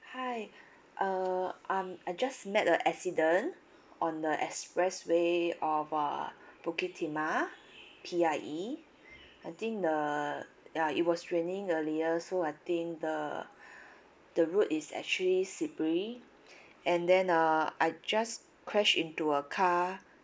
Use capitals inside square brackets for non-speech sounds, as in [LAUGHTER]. hi [BREATH] uh um I just meet a accident on the expressway of uh bukit timah P_I_E I think the ya it was raining earlier so I think the [BREATH] the road is actually slippery [BREATH] and then uh I just crashed into a car